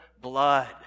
blood